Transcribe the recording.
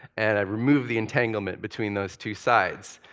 and i remove the entanglement between those two sides?